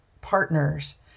partners